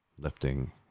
lifting